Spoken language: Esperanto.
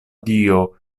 dio